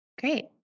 Great